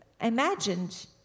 imagined